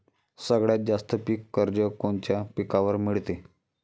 सगळ्यात जास्त पीक कर्ज कोनच्या पिकावर मिळते?